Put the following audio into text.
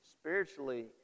spiritually